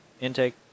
intake